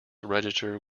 register